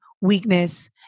weakness